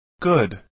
Good